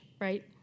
right